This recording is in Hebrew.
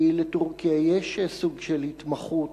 כי לטורקיה יש סוג של התמחות